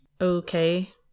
okay